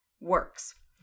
works